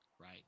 Right